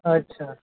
अच्छा